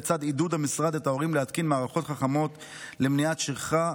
לצד עידוד המשרד את ההורים להתקין מערכות חכמות למניעת שכחה,